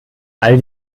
all